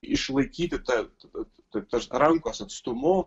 išlaikyti tad tos rankos atstumu